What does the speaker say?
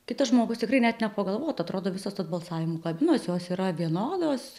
kitas žmogus tikrai net nepagalvotų atrodo visos tos balsavimo kabinos jos yra vienodos